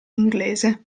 inglese